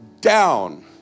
down